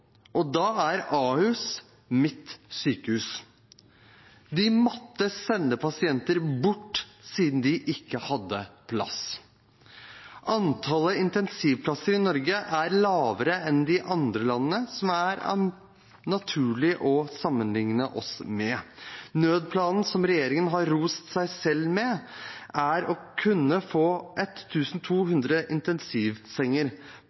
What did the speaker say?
og da er Ahus mitt sykehus. De måtte sende pasienter bort, siden de ikke hadde plass. Antallet intensivplasser i Norge er lavere enn i land som det er naturlig å sammenligne oss med. Nødplanen som regjeringen har rost seg selv med, er å kunne få